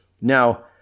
Now